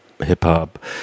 hip-hop